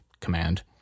command